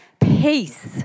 peace